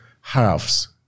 halves